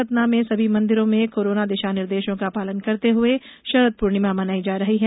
सतना में सभी मंदिरों में कोरोना दिशानिर्देशों का पालन करते हुए शरद पूर्णिमा मनाई जा रही है